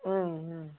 ம் ம்